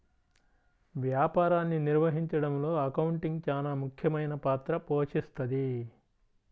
వ్యాపారాన్ని నిర్వహించడంలో అకౌంటింగ్ చానా ముఖ్యమైన పాత్ర పోషిస్తది